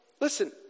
listen